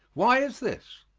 why is this?